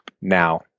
now